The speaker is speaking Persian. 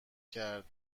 کرد